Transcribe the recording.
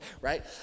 right